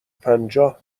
پنجاه